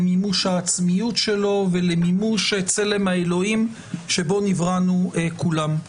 למימוש העצמיות שלו ולמימוש צלם האלוהים שבו נבראנו כולם.